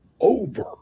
Over